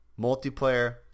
Multiplayer